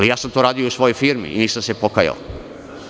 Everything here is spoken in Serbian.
Ja sam to radio i u svojoj firmi i nisam se pokajao.